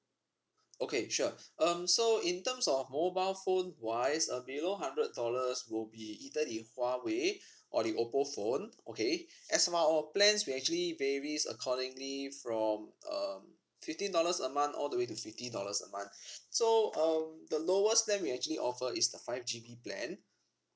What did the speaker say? okay sure um so in terms of mobile phones wise uh below hundred dollars will be either the huawei or the oppo phone okay as for our plans we actually varies accordingly from um fifteen dollars a month all the way to fifty dollars a month so um the lowest plan we actually offer is the five G B plan